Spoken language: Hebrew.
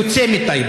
כבר,